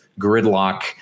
gridlock